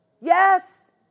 Yes